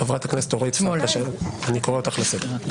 חברת הכנסת אורית פרקש הכהן, אני קורא אותך לסדר.